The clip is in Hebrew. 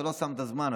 אתה לא שמת זמן.